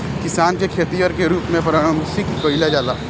किसान के खेतिहर के रूप में परिभासित कईला जाला